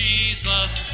Jesus